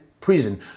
prison